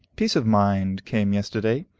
peace of mind came yesterday,